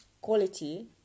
quality